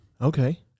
okay